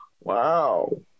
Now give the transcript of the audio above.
Wow